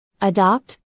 Adopt